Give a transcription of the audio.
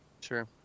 Sure